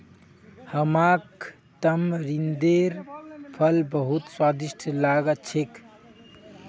हमाक तमरिंदेर फल बहुत स्वादिष्ट लाग छेक